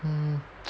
mm